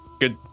Good